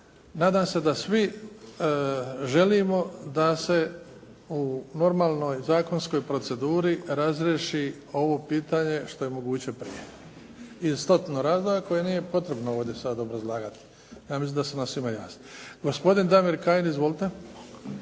nadam se da svi želimo da se u normalnoj zakonskoj proceduri razriješi ovo pitanje što je moguće prije iz stotinu razloga koje nije potrebno ovdje sad obrazlagati, ja mislim da su nam svima jasni. Gospodin Damir Kajin, izvolite.